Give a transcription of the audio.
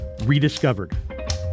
rediscovered